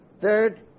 Third